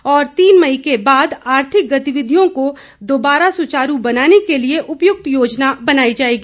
और तीन मई के बाद आर्थिक गतिविधियों को दोबारा सुचारू बनाने के लिए उपयुक्त योजना बनाई जाएगी